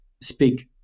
Speak